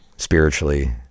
spiritually